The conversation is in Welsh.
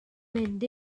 mynd